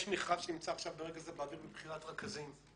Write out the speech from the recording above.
יש מרכז שנמצא עכשיו ברגע זה באוויר מבחינת רכזים.